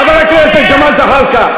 חבר הכנסת ג'מאל זחאלקה,